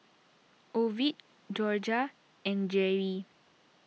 Ovid Jorja and Geri